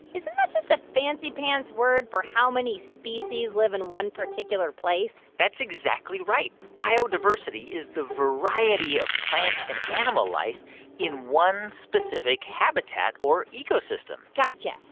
isn't that just a fancy-pants word for how many species live in one particular place? that's exactly right. biodiversity is the variety variety of plant and animal life in one specific habitat or ecosystem got yeah